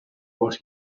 what